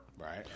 right